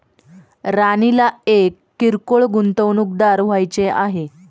राणीला एक किरकोळ गुंतवणूकदार व्हायचे आहे